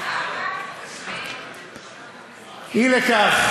אי לכך,